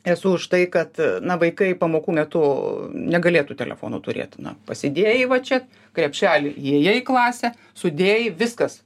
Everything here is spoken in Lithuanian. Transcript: esu už tai kad na vaikai pamokų metu negalėtų telefonų turėt pasidėjai va čia krepšelį įėjai į klasę sudėjai viskas